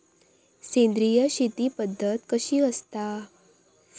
सेंद्रिय शेती पद्धत कशी असता?